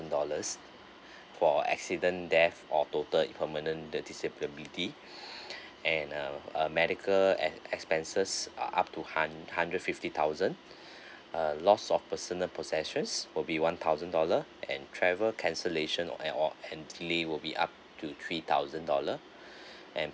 dollars for accident death or total permanent the disability and uh a medical ex~ expenses err up to hund~ hundred fifty thousand loss of personal possessions will be one thousand dollar and travel cancellation err uh entirely will be up to three thousand dollar and